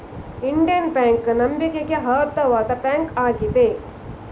Indian bank ನಂಬಿಕೆಗೆ ಅರ್ಹವಾದ bank ಆಗಿದೆ